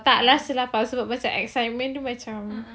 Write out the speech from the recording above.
tak rasa lapar sebab macam excitement tu macam